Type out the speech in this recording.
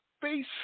face